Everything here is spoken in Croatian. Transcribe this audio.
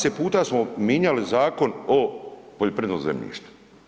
20 puta smo minjali Zakon o poljoprivrednom zemljištu.